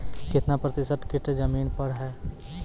कितना प्रतिसत कीट जमीन पर हैं?